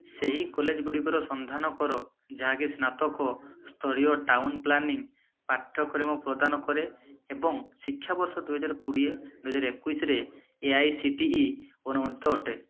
ସେହି କଲେଜଗୁଡ଼ିକର ସନ୍ଧାନ କର ଯାହାକି ସ୍ନାତକ ସ୍ତରୀୟ ଟାଉନ୍ ପ୍ଲାନିଂ ପାଠ୍ୟକ୍ରମ ପ୍ରଦାନ କରେ ଏବଂ ଶିକ୍ଷାବର୍ଷ ଦୁଇହଜାର କୋଡ଼ିଏ ଦୁଇହଜାର ଏକୋଇଶୀରେ A I C T E ଅନୁମୋଦିତ ଅଟେ